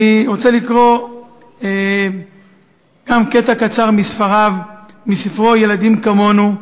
גם אני רוצה לקרוא קטע קצר מספרו "ילדים כמונו",